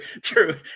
true